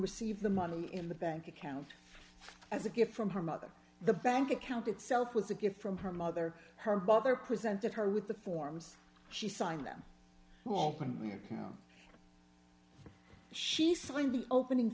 receive the money in the bank account as a gift from her mother the bank account itself was a gift from her mother her brother presented her with the forms she signed them welcome here she signed the opening